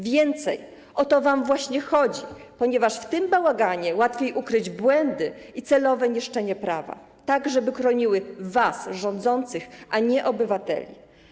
Więcej, o to wam właśnie chodzi, ponieważ w tym bałaganie łatwiej ukryć błędy i celowe niszczenie prawa, tak żeby chroniło was, rządzących, a nie obywateli.